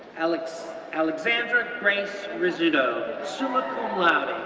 alexandra alexandra grace rizzuto, summa cum laude,